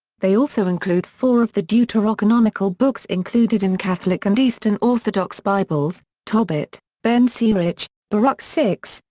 they also include four of the deuterocanonical books included in catholic and eastern orthodox bibles tobit, ben sirach, baruch six,